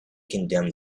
condemned